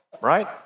Right